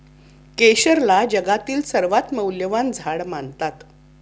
केशरला जगातील सर्वात मौल्यवान झाड मानतात